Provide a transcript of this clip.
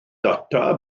data